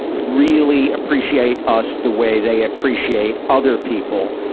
really appreciate us the way they appreciate other people.